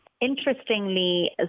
Interestingly